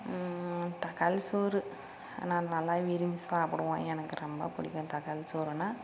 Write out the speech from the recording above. தக்காளி சோறு நான் நல்லா விரும்பி சாப்பிடுவோம் எனக்கு ரொம்ப பிடிக்கும் தக்காளி சோறுன்னால்